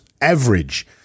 average